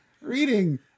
reading